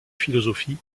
philosophie